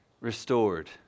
restored